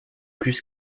plus